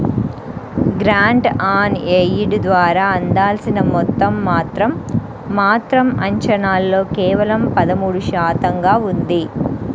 grant on aid ద్వారా అందాల్సిన మొత్తం మాత్రం మాత్రం అంచనాల్లో కేవలం పదమూడు శాతంగా ఉంది